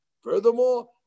Furthermore